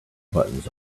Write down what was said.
buttons